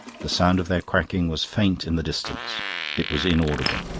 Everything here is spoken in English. the sound of their quacking was faint in the distance it was inaudible.